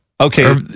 Okay